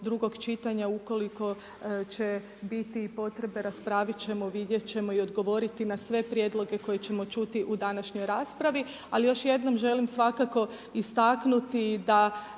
drugog čitanja ukoliko će biti i potrebe raspravit ćemo i vidjet ćemo i odgovoriti na sve prijedloge koje ćemo čuti u današnjoj raspravi. Ali još jednom želim svakako istaknuti da